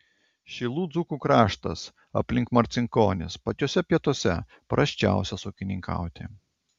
šilų dzūkų kraštas aplink marcinkonis pačiuose pietuose prasčiausias ūkininkauti